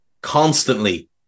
constantly